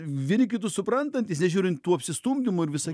vieni kitus suprantantys nežiūrint tų apsistumdymų ir visa